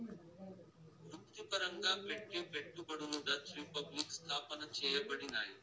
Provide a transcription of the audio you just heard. వృత్తిపరంగా పెట్టే పెట్టుబడులు డచ్ రిపబ్లిక్ స్థాపన చేయబడినాయి